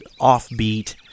offbeat